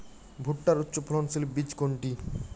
ভূট্টার উচ্চফলনশীল বীজ কোনটি?